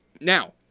Now